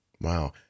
wow